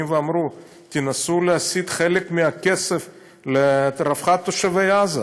ואמרו: תנסו להסיט חלק מהכסף לרווחת תושבי עזה,